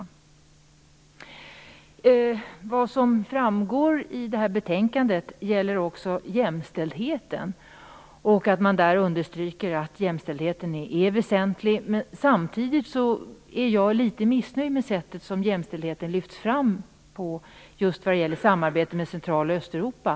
I betänkandet understryks också att jämställdheten är väsentlig. Jag är dock litet missnöjd med det sätt som jämställdheten lyfts fram på i samarbetet med Central och Östeuropa.